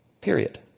period